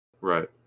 Right